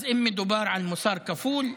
אז אם מדובר על מוסר כפול,